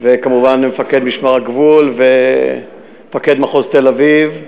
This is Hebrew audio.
וכמובן מפקד משמר הגבול מפקד מחוז תל-אביב,